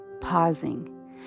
pausing